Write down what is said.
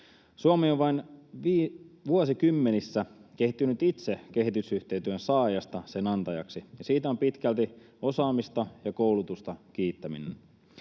Suomi on vain vuosikymmenissä kehittynyt itse kehitysyhteistyön saajasta sen antajaksi, ja siitä on pitkälti kiittäminen osaamista ja koulutusta.